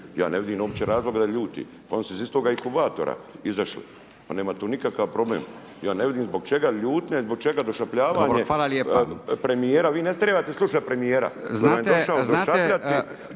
ja ne vidim uopće razloga da ljuti pa oni su iz istoga inkubatora izašli, pa nema tu nikakav problem, ja ne vidim zbog čega ljutnja i zbog čega došapljavanje …/Upadica: Dobro, hvala lijepa./… premijera vi ne